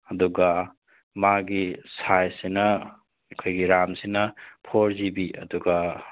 ꯑꯗꯨꯒ ꯃꯥꯒꯤ ꯁꯥꯏꯁꯁꯤꯅ ꯑꯩꯈꯣꯏꯒꯤ ꯔꯥꯝꯁꯤꯅ ꯐꯣꯔ ꯖꯤ ꯕꯤ ꯑꯗꯨꯒ